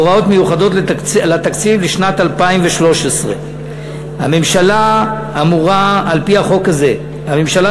הוראות מיוחדות לתקציב לשנת 2013. על-פי החוק הזה הממשלה